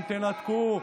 אם תנתקו,